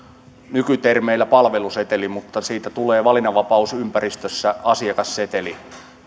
nykytermeillä palveluseteli mutta siitä tulee valinnanvapausympäristössä asiakasseteli